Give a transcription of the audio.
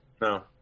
No